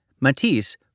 Matisse